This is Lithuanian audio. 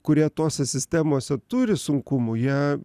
kurie tose sistemose turi sunkumų jie